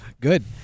Good